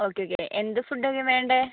okay okay എന്ത് ഫുഡ്ഡൊക്കെയാണ് വേണ്ടത്